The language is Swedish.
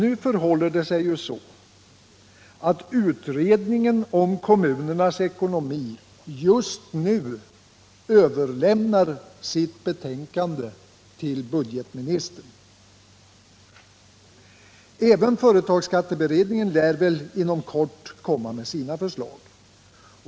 Utredningen om kommunernas ekonomi överlämnar just nu sitt betänkande till budgetministern. Även företagsskatteberedningen lär väl inom kort komma med sina förslag.